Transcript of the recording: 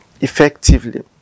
effectively